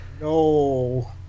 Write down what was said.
No